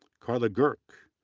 karla gurk,